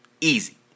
Easy